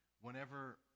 Whenever